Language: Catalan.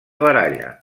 baralla